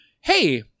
Hey